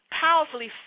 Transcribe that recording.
powerfully